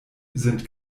sind